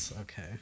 Okay